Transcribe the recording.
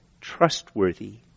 trustworthy